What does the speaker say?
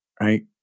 right